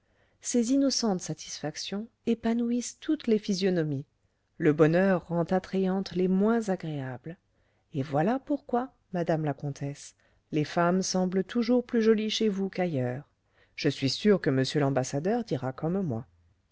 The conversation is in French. ces innocentes satisfactions épanouissent toutes les physionomies le bonheur rend attrayantes les moins agréables et voilà pourquoi madame la comtesse les femmes semblent toujours plus jolies chez vous qu'ailleurs je suis sûr que m l'ambassadeur dira comme moi